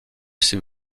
ses